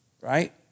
right